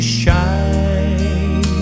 shine